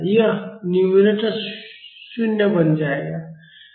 यह न्यूमरेटर 0 बन जाएगा